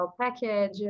package